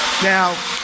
Now